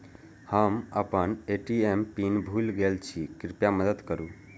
हम आपन ATM PIN भूल गईल छी, कृपया मदद करू